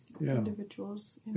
individuals